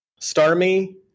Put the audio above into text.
Starmie